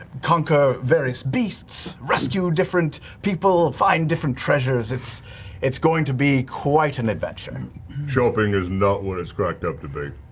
conquer various beasts, rescue different people, find different treasures. it's it's going to be quite an adventure. travis shopping is not what it's cracked up to be.